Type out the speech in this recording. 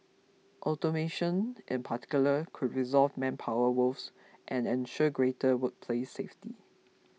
automation in particular could resolve manpower woes and ensure greater workplace safety